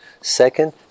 second